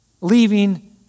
Leaving